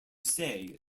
say